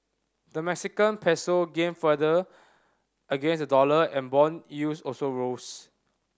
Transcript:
the Mexican Peso gained further against the dollar and bond yields also rose